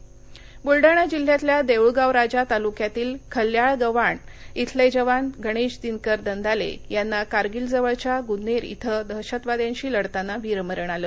वीरमरण बुलडाणा जिल्ह्यातल्या देऊळगाव राजा तालुक्यातील खल्ल्याळ गव्हाण इथले जवान गणेश दिनकर दंदाले यांना कारगिल जवळच्या गुन्नेर इथं दहशतवाद्यांशी लढताना वीरमरण आलं